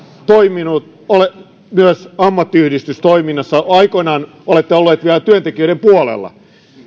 toiminut myös ammattiyhdistystoiminnassa aikoinaan olette ollut vielä työntekijöiden puolella